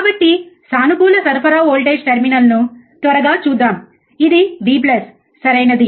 కాబట్టి సానుకూల సరఫరా వోల్టేజ్ టెర్మినల్ను త్వరగా చూద్దాం ఇది V సరైనది